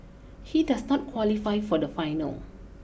he does not qualify for the final